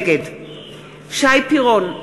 נגד שי פירון,